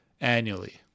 annually